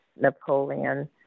Napoleon